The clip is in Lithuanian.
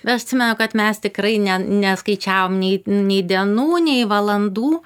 ašatsimenu kad mes tikrai ne neskaičiavom nei nei dienų nei valandų